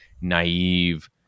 naive